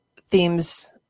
themes